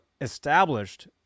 established